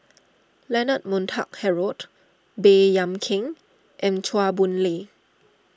Leonard Montague Harrod Baey Yam Keng and Chua Boon Lay